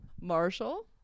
Marshall